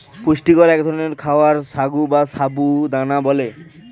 পুষ্টিকর এক ধরনের খাবার সাগু বা সাবু দানা বলে